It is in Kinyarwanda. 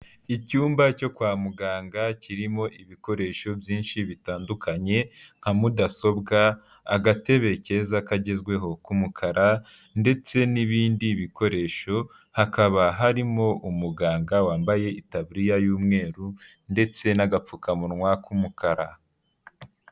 Icyumba cyo kwa muganga kirimo ibikoresho byinshi bitandukanye nka mudasobwa, agatebe keza kagezweho k'umukara ndetse n'ibindi bikoresho, hakaba harimo umuganga wambaye itaburiya y'umweru ndetse n'agapfukamunwa k'umukara.